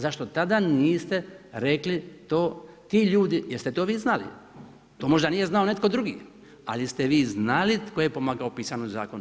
Zašto tada niste rekli to, ti ljudi, jer ste to vi znali, to možda nije znao netko drugi, ali ste vi znali tko je pomagao u pisanju zakona.